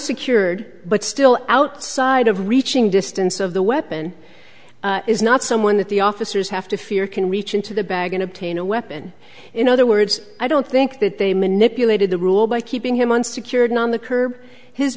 unsecured but still outside of reaching distance of the weapon is not someone that the officers have to fear can reach into the bag and obtain a weapon in other words i don't think that they manipulated the rule by keeping him on secured on the curb his